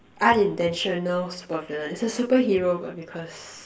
unintentional super villain it's a superhero but because